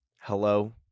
hello